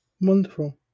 Wonderful